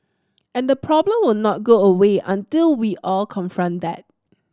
and the problem will not go away until we all confront that